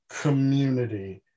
community